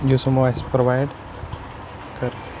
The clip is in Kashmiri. یُس یِمو اَسہِ پرٛووایڈ کٔر